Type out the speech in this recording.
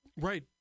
right